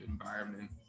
environment